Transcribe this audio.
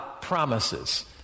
promises